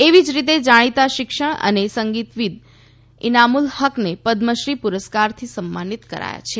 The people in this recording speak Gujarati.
એવી જ રીતે જાણીતા શિક્ષણ અને સંગીતવિદ ઈનામુલ હકને પદ્મશ્રી પુરસ્કારથી સન્માનીત કરાયા છે